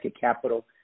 Capital